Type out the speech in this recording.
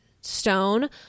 stone